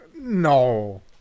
No